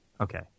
okay